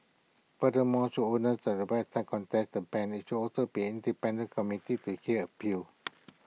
furthermore should owners of the websites contest the ban IT should also be independent committee to hear appeals